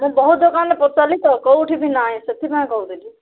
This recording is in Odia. ମୁଁ ବହୁତ ଦୋକାନରେ ପଚାରିଲି ତ କେଉଁଠି ବି ନାହିଁ ସେଥିପାଇଁ କହୁଥିଲି